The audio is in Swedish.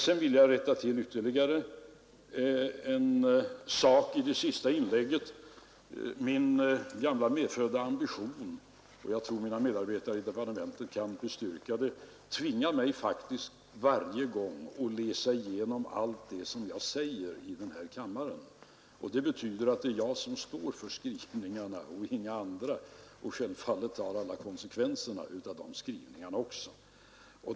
Jag vill göra ytterligare ett tillrättaläggande i anledning av det senaste inlägget. Min medfödda ambition jag tror att mina medarbetare i departementet kan bestyrka det — tvingar mig faktiskt varje gång att läsa igenom allt vad jag säger här i kammaren. Det betyder att jag och ingen annan står för skrivningarna och självfallet tar alla konsekvenserna av de skrivningarna också.